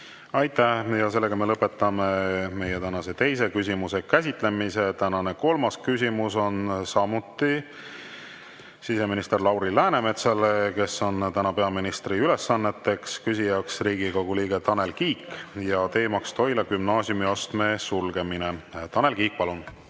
Aitäh! Me lõpetame meie tänase teise küsimuse käsitlemise. Tänane kolmas küsimus on samuti siseminister Lauri Läänemetsale, kes on täna peaministri ülesannetes. Küsija on Riigikogu liige Tanel Kiik ja teema on Toila gümnaasiumiastme sulgemine. Tanel Kiik, palun!